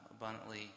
abundantly